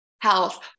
health